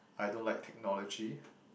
I don't like technology